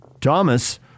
Thomas